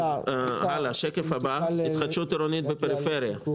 השקף הבא: התחדשות עירונית בפריפריה.